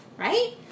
right